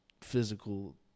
physical